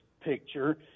picture